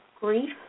grief